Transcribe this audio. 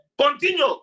continue